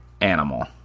animal